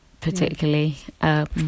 particularly